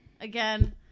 again